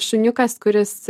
šuniukas kuris